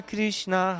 Krishna